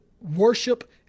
worship